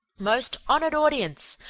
most honored audience!